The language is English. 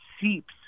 seeps